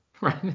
Right